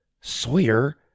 Sawyer